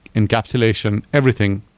encapsulation, everything.